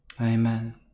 amen